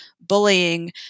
bullying